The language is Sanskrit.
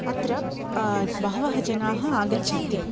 अत्र बहवः जनाः आगच्छन्ति